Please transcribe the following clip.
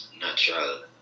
natural